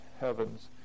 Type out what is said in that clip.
heaven's